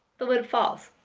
the lid falls.